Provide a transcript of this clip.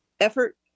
effort